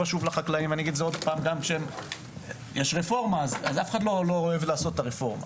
אף אחד לא אוהב לעשות את הרפורמה